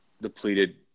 depleted